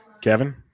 Kevin